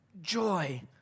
joy